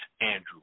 Andrew